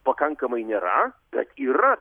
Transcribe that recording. pakankamai nėra bet yra